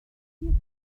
دربازه